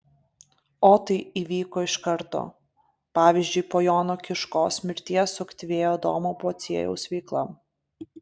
o tai įvyko iš karto pavyzdžiui po jono kiškos mirties suaktyvėjo adomo pociejaus veikla